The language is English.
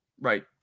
Right